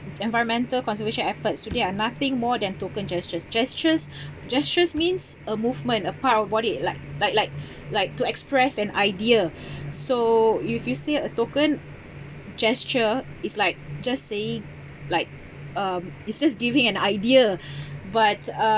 environmental conservation efforts today are nothing more than token gestures gestures gestures means a movement a part of body like like like like to express an idea so you if you see it a token gesture it's like just saying like um it's just giving an idea but uh